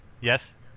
yes